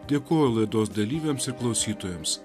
dėkoju laidos dalyviams ir klausytojams